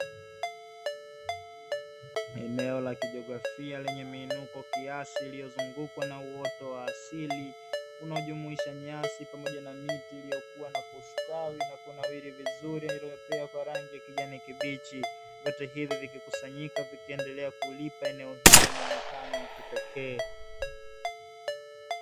Eneo la kijografia lenye mwinuko kiasi lililozungukwa na uoto wa asili unaojumuisha nyasi pamoja na miti iliyokuwa na kustawi na kunawiri vizuri, iliyopea kwa rangi ya kijani kibichi. Vyote hivyo vikikusanyika vikiendelea kulipatia eneo hilo muonekano wa kipekee.